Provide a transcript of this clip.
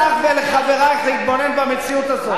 חברת הכנסת אנסטסיה מיכאלי.